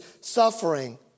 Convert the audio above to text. suffering